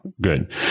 good